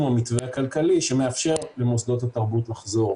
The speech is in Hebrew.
המתווה הכלכלי שמאפשר למוסדות התרבות לחזור.